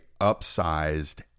upsized